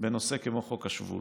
בנושא כמו חוק השבות.